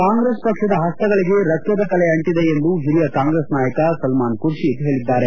ಕಾಂಗ್ರೆಸ್ ಪಕ್ಷದ ಪಸ್ತಗಳಿಗೆ ರಕ್ತದ ಕಲೆ ಅಂಟದೆ ಎಂದು ಹಿರಿಯ ಕಾಂಗ್ರೆಸ್ ನಾಯಕ ಸಲ್ಮಾನ್ ಖುರ್ಷಿದ್ ಹೇಳಿದ್ದಾರೆ